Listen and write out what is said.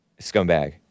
scumbag